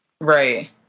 Right